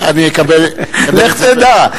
לך תדע.